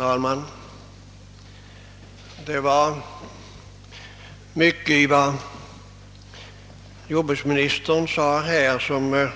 Herr talman! Mycket av det som jordbruksministern sade